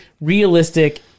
realistic